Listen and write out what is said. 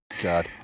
God